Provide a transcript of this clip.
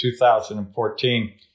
2014